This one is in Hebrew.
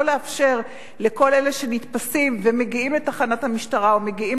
לא לאפשר לכל אלה שנתפסים ומגיעים לתחנת המשטרה או מגיעים